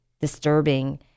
disturbing